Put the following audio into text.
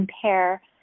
compare